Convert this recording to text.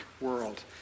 world